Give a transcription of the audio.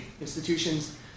institutions